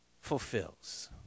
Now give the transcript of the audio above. fulfills